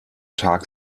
tag